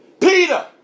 Peter